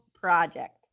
project